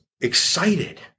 excited